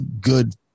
good